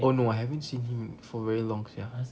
oh no I haven't seen him for very long sia